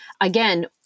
Again